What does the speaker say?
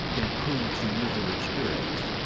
improve the user experience.